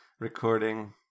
Recording